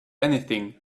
anything